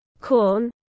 corn